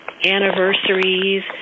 anniversaries